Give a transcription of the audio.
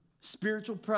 Spiritual